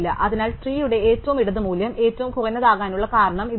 അതിനാൽ ട്രീയുടെ ഏറ്റവും ഇടത് മൂല്യം ഏറ്റവും കുറഞ്ഞതാകാനുള്ള കാരണം ഇതാണ്